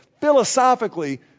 Philosophically